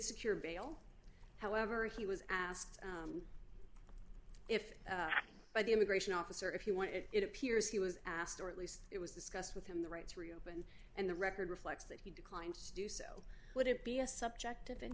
secure bail however he was asked if by the immigration officer if you want it it appears he was asked or at least it was discussed with him the rights reopen and the record reflects that he declined to do so would it be a subjective